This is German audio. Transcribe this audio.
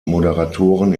moderatoren